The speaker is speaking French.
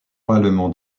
allemand